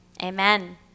Amen